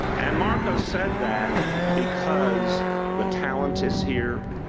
and marcos said that because the talent is here.